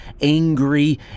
angry